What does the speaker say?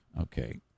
Okay